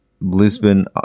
Lisbon